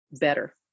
better